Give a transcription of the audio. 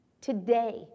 today